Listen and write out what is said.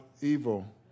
evil